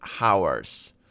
hours